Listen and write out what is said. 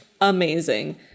amazing